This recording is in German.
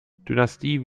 dynastie